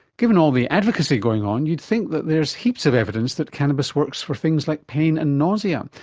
given all the advocacy going on you'd think that there's heaps of evidence that cannabis works for things like pain and nausea,